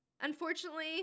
Unfortunately